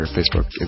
Facebook